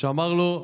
שאמר לו: